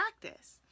practice